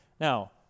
Now